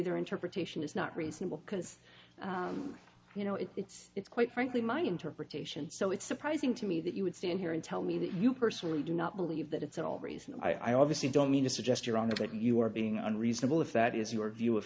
their interpretation is not reasonable because you know it's it's quite frankly my interpretation so it's surprising to me that you would stand here and tell me that you personally do not believe that it's at all reason i obviously don't mean to suggest you're on the right you are being unreasonable if that is your view of